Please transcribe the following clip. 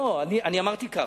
אמרתי כך: